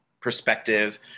perspective